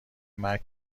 مرگ